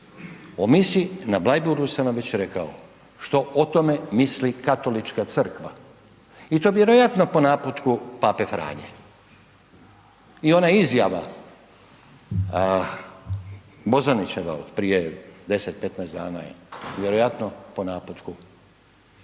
O misi na Bleiburgu sam vam već rekao, što o tome misli Katolička crkva i to vjerojatno po naputku Pape Franje. I ona izjava Bozanićeva od prije 10, 15 dana je vjerojatno po naputku